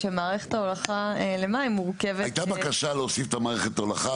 כשמערכת ההולכה למים מורכבת --- הייתה בקשה להוסיף את מערכת ההולכה,